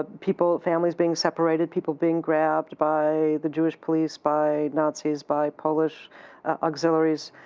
ah people, families being separated, people being grabbed by the jewish police, by nazis, by polish auxiliaries,